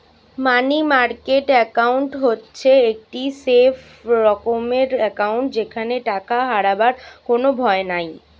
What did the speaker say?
মানি market account হচ্ছে একটি safe রকমের একাউন্ট যেখানে টাকা হারাবার কোনো ভয় নাই